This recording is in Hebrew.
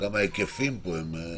גם ההיקפים פה שונים.